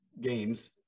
games